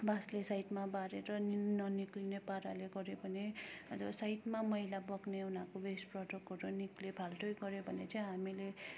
बाँसले साइडमा बारेर निन न निक्लिने पाराले गर्यो भने र साइडमा मैला बग्ने उनीहरूको वेस्ट प्रडक्टहरू निक्लियो पाल्टै गर्यो भने चाहिँ हामीले